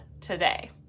today